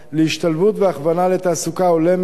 להשתלבות והכוונה לתעסוקה הולמת